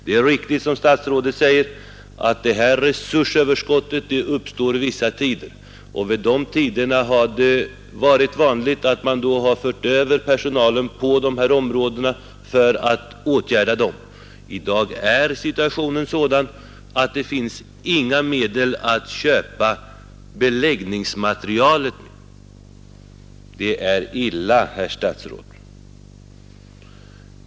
Det är riktigt, som statsrådet säger, att detta resursöverskott uppstår vissa tider och att det då har varit vanligt att man har fört över personal till dessa områden för att där vidta åtgärder. I dag är situationen sådan att det inte finns några medel att köpa beläggningsmaterial för. Det är illa, herr statsråd.